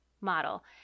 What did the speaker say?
Model